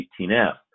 18f